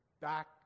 back